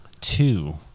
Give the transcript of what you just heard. two